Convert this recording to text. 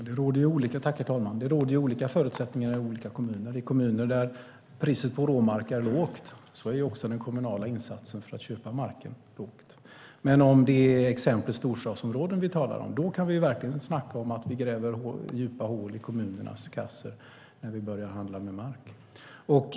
Herr talman! Det råder olika förutsättningar i olika kommuner. I kommuner där priset på råmark är lågt är också den kommunala insatsen för att köpa mark låg. Om det handlar om storstadsområden kan vi verkligen snacka om att vi gräver djupa hål i kommunernas kassor när vi börjar handla med mark.